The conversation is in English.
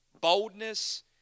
boldness